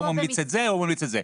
ההוא ממליץ את זה וההוא ממליץ את זה.